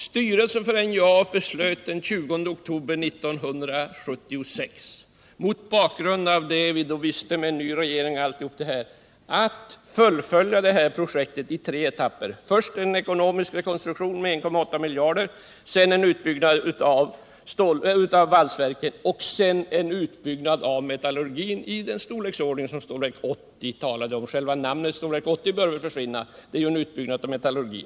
Styrelsen för NJA beslöt den 20 oktober 1976, mot bakgrund av vad vi då visste och med en ny regering osv., att fullfölja projektet i tre etapper. Först skulle man göra en ekonomisk rekonstruktion med 1,8 miljard, därefter skulle en utbyggnad av valsverket ske och slutligen en utbyggnad av metallurgin i den storleksordning som utredningen om stålverket talade om själva namnet Stålverk 80 bör väl f. ö. försvinna, eftersom det ju rör sig om en utbyggnad av metallurgin.